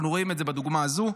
אנחנו רואים את זה בדוגמה הזאת.